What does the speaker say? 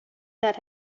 that